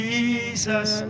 Jesus